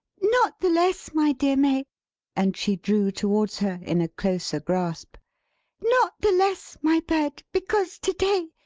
not the less, my dear may and she drew towards her, in a closer grasp not the less, my bird, because, to-day,